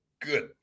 good